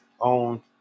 own